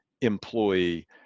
employee